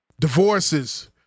divorces